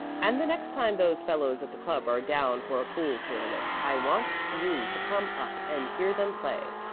and the next time those fellows at the club are down for a pool tournament i want you to come up and hear them play.